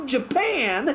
Japan